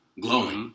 Glowing